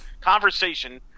Conversation